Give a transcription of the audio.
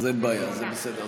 אין בעיה, זה בסדר.